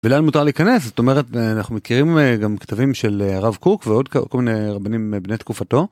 ולאן מותר להיכנס, זאת אומרת אנחנו מכירים גם כתבים של הרב קוק ועוד כל מיני רבנים בני תקופתו.